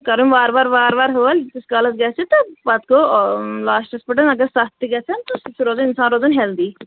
کرُن وارٕ وارٕ وارٕ وارٕ حٲل ییٖتِس کالس گژھِ تہٕ پتہٕ گوٚو لاسٹس پیٚٹھ اگر ستھ تہِ گژھن سُہ چھُ روزان انسان چھُ روزان ہیلدی